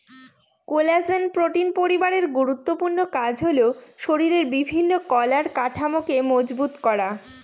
collagen protein পরিবারের গুরুত্বপূর্ণ কাজ হল শরীরের বিভিন্ন কলার কাঠামোকে মজবুত করা